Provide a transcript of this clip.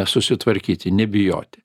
susitvarkyti nebijoti